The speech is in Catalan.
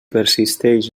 persisteix